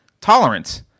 tolerance